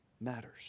matters